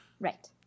right